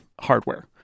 hardware